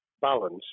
balance